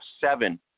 seven